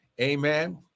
Amen